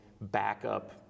backup